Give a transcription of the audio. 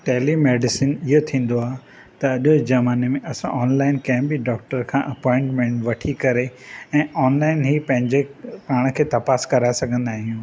telemedicine इहो थींदो आहे त अॼु जे ज़माने में असां ऑनलाइन कंहिं बि डॉक्टर खां अपॉइंटमेंट वठी करे ऐं ऑनलाइन ई पंहिंजे पाण खे तपास कराए सघंदा आहियूं